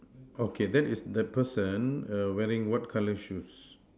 okay then is the person wearing what colour shoes